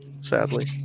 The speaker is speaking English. sadly